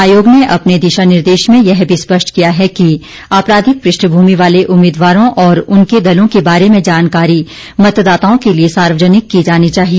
आयोग ने अपने दिशा निर्देश में यह भी स्पष्ट किया है कि आपराधिक पृष्ठभूमि वाले उम्मीदवारों और उनके दलों के बारे में जानकारी मतदाताओं को लिए सार्वजनिक की जानी चाहिए